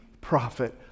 prophet